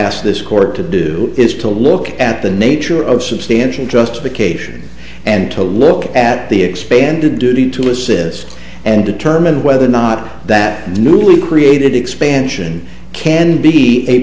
ask this court to do is to look at the nature of substantial justification and to look at the expanded duty to assist and determine whether or not that newly created expansion can be a